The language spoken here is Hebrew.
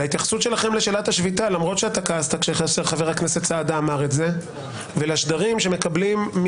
כל פרקליטות המדינה וגם יחידות התביעה כפופות לאותה מדיניות שמפורטת